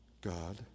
God